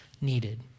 needed